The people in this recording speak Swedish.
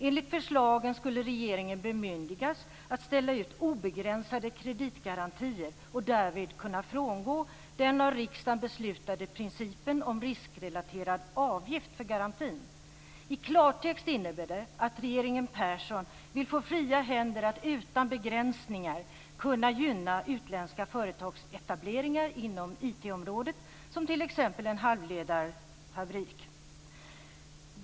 Enligt förslagen skulle regeringen bemyndigas att ställa ut obegränsade kreditgarantier och därmed kunna frångå den av riksdagen beslutade principen om riskrelaterad avgift för garantin. I klartext innebär det att regeringen Persson vill få fria händer att utan begränsningar kunna gynna utländska företagsetableringar inom IT-området, som t.ex. etablering av en halvledarfabrik.